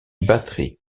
batteries